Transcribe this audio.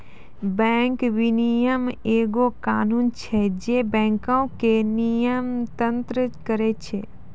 bank विनियमन एगो कानून छै जे बैंको के नियन्त्रण करै छै